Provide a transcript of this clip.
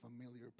familiar